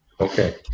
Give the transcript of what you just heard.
Okay